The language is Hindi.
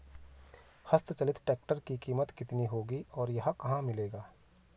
हस्त चलित ट्रैक्टर की कीमत कितनी होगी और यह कहाँ मिलेगा?